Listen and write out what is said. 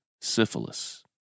syphilis